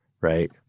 right